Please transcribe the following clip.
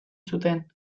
zuten